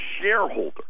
shareholder